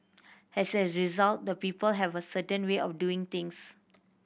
as a result the people have a certain way of doing things